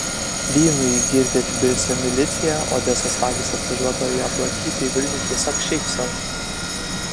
vynu jį girdė tbilisio milicija odesos vagys atvažiuodavo jo aplankyti į vilnių tiesiog šiaip sau